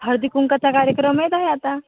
हळदीकुंकवाचा कार्यक्रम येत आहे आता